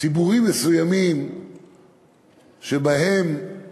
מסוימים שבהם